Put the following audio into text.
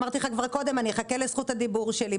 אמרתי קודם, אחכה לזכות הדיבור שלי.